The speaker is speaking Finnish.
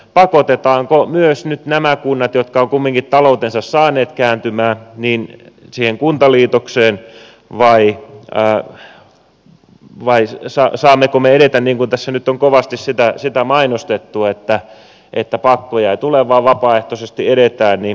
pakotetaanko myös nyt nämä kunnat jotka ovat kumminkin taloutensa saaneet kääntymään siihen kuntaliitokseen vai saammeko me edetä vapaaehtoisessti niin kuin tässä nyt on kovasti sitä mainostettu että pakkoja ei tule vaan vapaaehtoisesti edetään